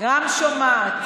רואה וגם שומעת.